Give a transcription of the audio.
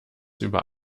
über